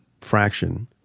fraction